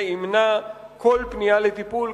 זה ימנע כל פנייה לטיפול,